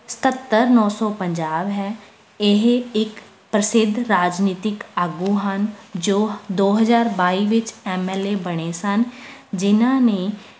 ਸਤੱਤਰ ਨੌਂ ਸੌ ਪੰਜਾਹ ਹੈ ਇਹ ਇੱਕ ਪ੍ਰਸਿੱਧ ਰਾਜਨੀਤਿਕ ਆਗੂ ਹਨ ਜੋ ਦੋ ਹਜ਼ਾਰ ਬਾਈ ਵਿੱਚ ਐੱਮ ਐੱਲ ਏ ਬਣੇ ਸਨ ਜਿਨ੍ਹਾਂ ਨੇ